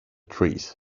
trees